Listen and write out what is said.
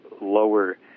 lower